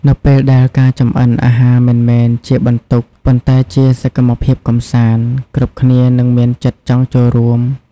នៅពេលដែលការចម្អិនអាហារមិនមែនជាបន្ទុក ប៉ុន្តែជាសកម្មភាពកម្សាន្ត គ្រប់គ្នានឹងមានចិត្តចង់ចូលរួម ។